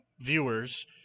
viewers